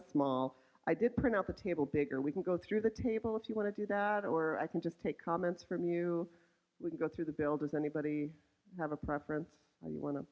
of small i did print out the table big or we can go through the table if you want to do that or i can just take comments from you would go through the bill does anybody have a preference you want to